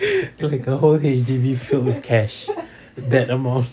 like a whole H_D_B filled with cash that amount